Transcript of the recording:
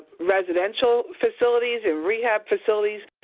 residential facilities, in rehab facilities,